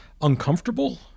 uncomfortable